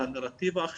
על הנרטיב האחר,